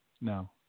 No